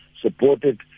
supported